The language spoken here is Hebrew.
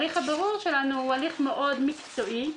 השנייה, כשיש סמכות, לא צריך להשתמש בה.